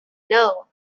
know